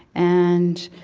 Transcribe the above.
and